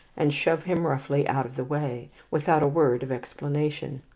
and shove him roughly out of the way, without a word of explanation.